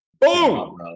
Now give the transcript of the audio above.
Boom